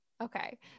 Okay